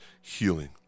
healing